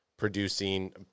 Producing